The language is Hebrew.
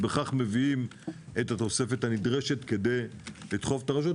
ובכך הם מביאים את התוספת הנדרשת כדי לדחוף את הרשויות,